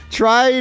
try